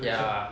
ya